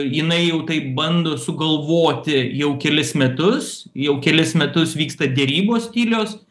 jinai jau tai bando sugalvoti jau kelis metus jau kelis metus vyksta derybos tylios